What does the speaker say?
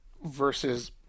versus